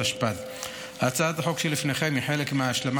התשפ"ד 2024. הצעת החוק שלפניכם היא חלק מההשלמה